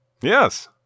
Yes